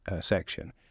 section